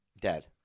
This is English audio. Dead